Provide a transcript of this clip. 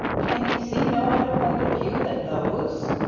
can you see no other point of view than those?